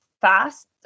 fast